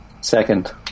Second